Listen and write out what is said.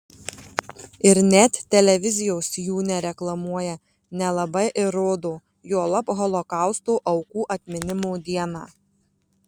ir net televizijos jų nereklamuoja nelabai ir rodo juolab holokausto aukų atminimo dieną